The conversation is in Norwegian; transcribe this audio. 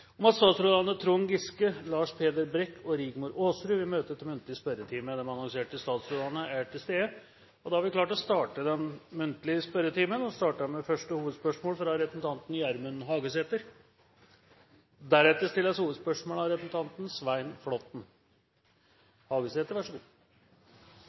om at statsrådene Trond Giske, Lars Peder Brekk og Rigmor Aasrud vil møte til muntlig spørretime. De annonserte statsrådene er til stede, og vi er klare til å starte den muntlige spørretimen. Vi starter med første hovedspørsmål, fra representanten Gjermund Hagesæter.